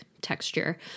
texture